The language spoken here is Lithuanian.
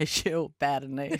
išėjau pernai